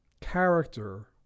Character